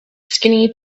skinny